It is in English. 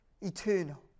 eternal